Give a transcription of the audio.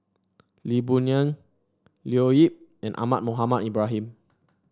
Lee Boon Ngan Leo Yip and Ahmad Mohamed Ibrahim